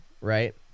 right